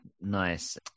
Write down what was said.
Nice